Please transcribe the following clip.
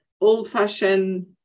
old-fashioned